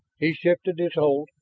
he shifted his hold,